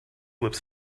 lips